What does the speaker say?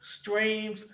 streams